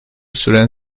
süren